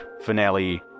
finale